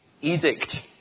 edict